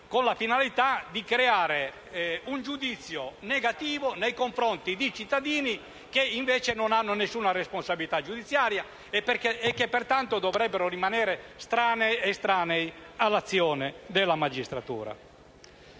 con la finalità di creare un giudizio negativo nei confronti di cittadini che, invece, non hanno nessuna responsabilità giudiziaria e che, pertanto, dovrebbero rimanere estranei all'azione della magistratura.